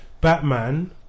Batman